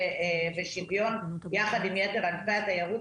ושוויון בהשוואה ליתר ענפי התיירות.